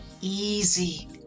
easy